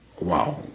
wow